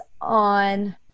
on